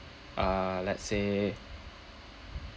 uh let's say